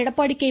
Edappadi K